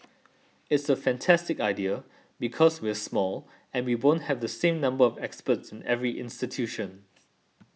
it's a fantastic idea because we're small and we won't have the same number of experts in every institution